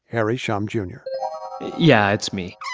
harry shum jr yeah, it's me.